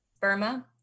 Burma